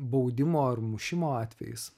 baudimo ar mušimo atvejis